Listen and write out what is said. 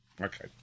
Okay